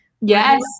Yes